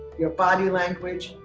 your body language,